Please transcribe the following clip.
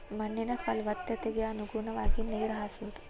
ಮಣ್ಣಿನ ಪಲವತ್ತತೆಗೆ ಅನುಗುಣವಾಗಿ ನೇರ ಹಾಸುದು